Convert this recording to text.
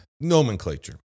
nomenclature